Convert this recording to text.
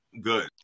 Good